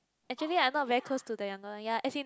actually I'm not very close to the younger one ya as in